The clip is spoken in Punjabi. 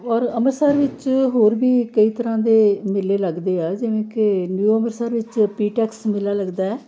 ਔਰ ਅੰਮ੍ਰਿਤਸਰ ਵਿੱਚ ਹੋਰ ਵੀ ਕਈ ਤਰ੍ਹਾਂ ਦੇ ਮੇਲੇ ਲੱਗਦੇ ਆ ਜਿਵੇਂ ਕਿ ਨਿਊ ਅੰਮ੍ਰਿਤਸਰ ਵਿੱਚ ਪੀਟੈਕਸ ਮੇਲਾ ਲੱਗਦਾ